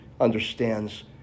understands